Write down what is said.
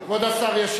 כבוד השר ישיב.